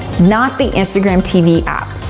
not the instagram tv app.